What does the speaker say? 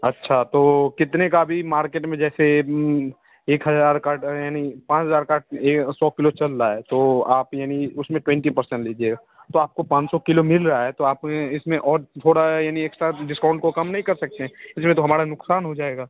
अच्छा तो कितने का अभी मार्केट में जैसे एक हज़ार का यानइ पाँच हज़ार का ये सौ किलो चल रहा है तो आप यानी उस में ट्वेंटी पर्सेंट लीजिएगा तो आपको पाँच सौ किलो मिल रहा है तो आप इस में और थोड़ा यानी एक्स्ट्रा डिस्काॅउंट को कम नहीं कर सकते हैं इस में तो हमारा नुक़सान हो जाएगा